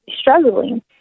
struggling